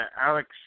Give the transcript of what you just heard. Alex